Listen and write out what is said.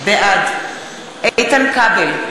בעד איתן כבל,